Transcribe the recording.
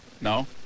No